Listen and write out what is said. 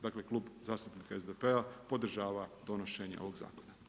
Dakle Klub zastupnika SDP-a podržava donošenje ovog zakona.